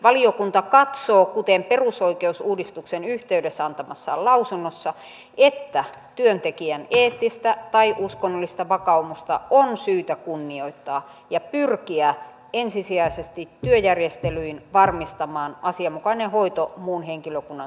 valiokunta katsoo kuten perusoikeusuudistuksen yhteydessä antamassaan lausunnossa että työntekijän eettistä tai uskonnollista vakaumusta on syytä kunnioittaa ja pyrkiä ensisijaisesti työjärjestelyin varmistamaan asianmukainen hoito muun henkilökunnan suorittamana